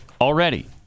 already